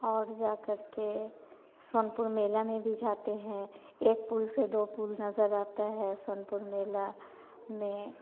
और जा करके सोनपुर मेला मे भी जाते हैं एक पुल से दो पुल नज़र आता है सोनपुर मेले में